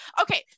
okay